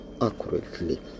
Accurately